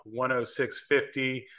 106.50